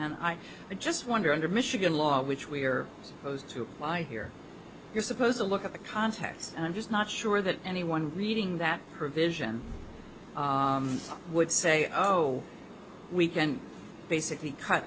and i just wonder under michigan law which we are supposed to apply here you're supposed to look at the context and i'm just not sure that anyone reading that provision would say oh we can basically cut